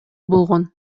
болгон